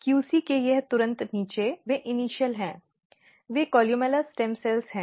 QC के यह तुरंत नीचे वे इनिशियल हैं वे कोलुमेला स्टेम सेल हैं